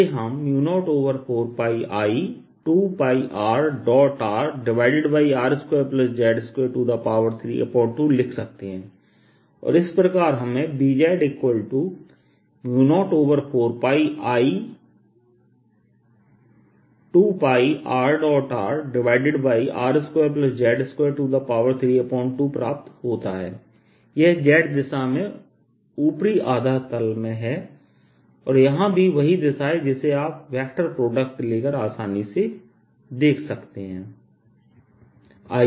जिसे हम 04πI2πRRR2z232 लिख सकते हैं और इस प्रकार हमें z04πI2πRRR2z232प्राप्त होता हैI यह z दिशा में ऊपरी आधा तल मेंहै और यहाँ भी वही दिशा है जिसे आप वेक्टर प्रोडक्ट लेकर आसानी से देख सकते हैं